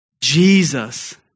Jesus